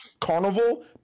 carnival